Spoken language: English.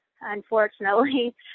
unfortunately